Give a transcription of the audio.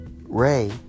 Ray